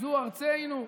זו ארצנו.